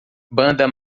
banda